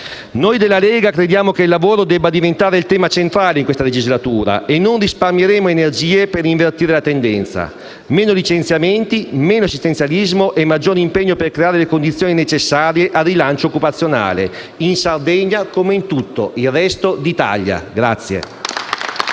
Noi della Lega crediamo che il lavoro debba diventare il tema centrale di questa legislatura e non risparmieremo energie per invertire la tendenza. Meno licenziamenti, meno assistenzialismo e maggior impegno per creare le condizioni necessarie al rilancio occupazionale, in Sardegna come in tutto il resto d'Italia.